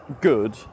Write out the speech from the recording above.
good